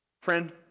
Friend